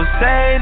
say